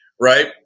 right